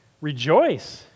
Rejoice